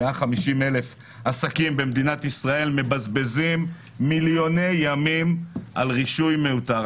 150,000 עסקים במדינת ישראל מבזבזים מיליוני ימים על רישוי מיותר,